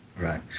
Right